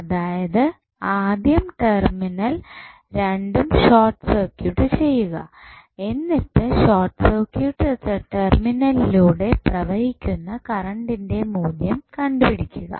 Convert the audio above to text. അതായത് ആദ്യം ടെർമിനൽ രണ്ടും ഷോർട്ട് സർക്യൂട്ട് ചെയ്യുക എന്നിട്ട് ഷോർട്ട് സർക്യൂട്ട് ടെർമിനലിലൂടെ പ്രവഹിക്കുന്ന കറണ്ടിന്റെ മൂല്യം കണ്ടുപിടിക്കുക